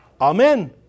amen